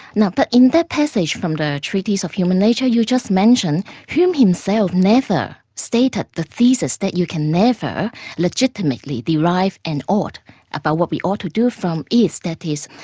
now but in that passage from the treatise of human nature you just mentioned, hume himself never stated the thesis that you can never legitimately derive an ought about what we ought to do from is, that is,